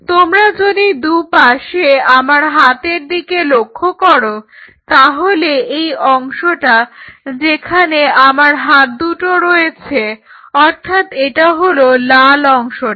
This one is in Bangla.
তোমরা যদি দুপাশে আমার হাতের দিকে লক্ষ্য করো তাহলে এই অংশটা যেখানে আমার হাতদুটো রয়েছে অর্থাৎ এটা হলো লাল অংশটি